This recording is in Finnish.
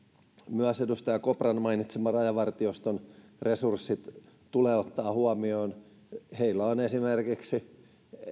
myös edustaja kopran mainitsemat rajavartioston resurssit tulee ottaa huomioon heillä on esimerkiksi